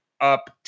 up